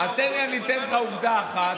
אני אתן לך עובדה אחת,